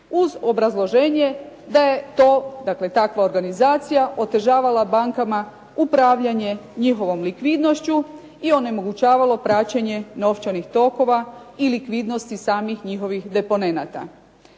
uz obrazloženje da je to, dakle takva organizacija otežavala bankama upravljanje njihovom likvidnošću i onemogućavalo praćenje novčanih tokova i likvidnosti samih njihovih deponenata.